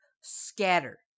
scatter